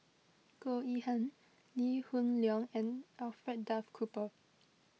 Goh Yihan Lee Hoon Leong and Alfred Duff Cooper